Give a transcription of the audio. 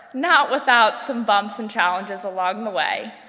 not without some bumps and challenges along the way,